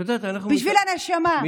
בשביל הנשמה.